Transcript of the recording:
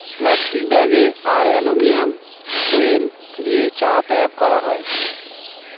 plastic packet আর aluminium foil দিয়ে চা প্যাক করা যায়